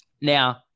Now